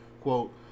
quote